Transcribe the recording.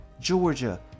Georgia